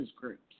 groups